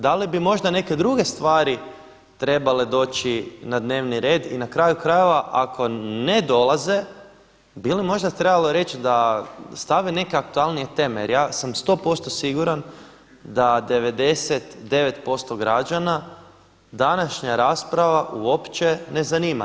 Da li bi možda neke druge stvari trebale doći na dnevni red i na kraju krajeva ako ne dolaze bi li možda trebalo reći da stave neke aktualnije teme, jer ja sam sto posto siguran da 99% građana današnja rasprava uopće ne zanima.